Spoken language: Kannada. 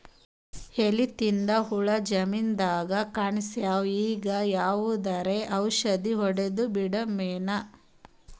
ಎಲಿ ತಿನ್ನ ಹುಳ ಜಮೀನದಾಗ ಕಾಣಸ್ಯಾವ, ಈಗ ಯಾವದರೆ ಔಷಧಿ ಹೋಡದಬಿಡಮೇನ?